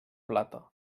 plata